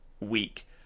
week